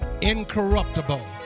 incorruptible